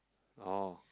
oh